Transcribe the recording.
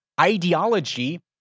ideology